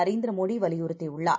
நரேந்திரமோடிவலியுறுத்தியுள்ளார்